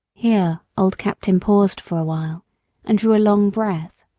here old captain paused for awhile and drew a long breath